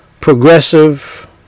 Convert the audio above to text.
progressive